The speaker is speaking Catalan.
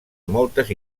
moltes